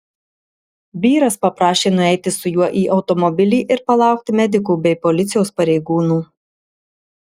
vyras paprašė nueiti su juo į automobilį ir palaukti medikų bei policijos pareigūnų